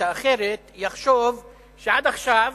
מפלנטה אחרת יחשוב שעד עכשיו